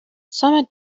summer